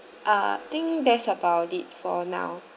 I think that's about it for now